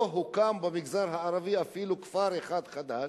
הוקם במגזר הערבי אפילו כפר אחד חדש,